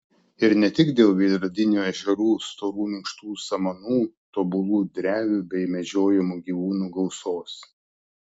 ir ne tik dėl veidrodinių ežerų storų minkštų samanų tobulų drevių bei medžiojamų gyvūnų gausos